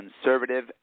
conservative